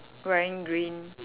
wearing green